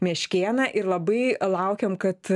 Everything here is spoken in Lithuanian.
meškėną ir labai laukiam kad